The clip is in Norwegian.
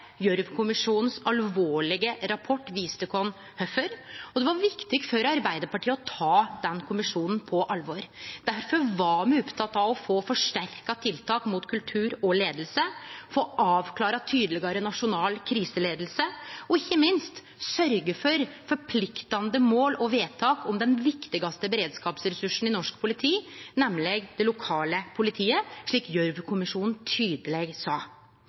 alvorlege rapport viste oss kvifor, og det var viktig for Arbeidarpartiet å ta den kommisjonen på alvor. Difor var me opptekne av å få forsterka tiltak for kultur og leiing, få avklart tydelegare nasjonal kriseleiing, og ikkje minst sørgje for forpliktande mål og vedtak om den viktigaste beredskapsressursen i norsk politi, nemleg det lokale politiet, slik Gjørv-kommisjonen tydeleg sa.